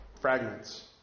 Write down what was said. fragments